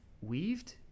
weaved